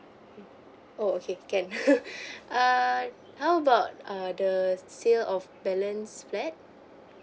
oh okay can err how about err the sale of balance flat